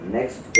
Next